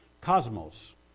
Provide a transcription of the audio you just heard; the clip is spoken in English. cosmos